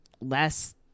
less